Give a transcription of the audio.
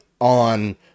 on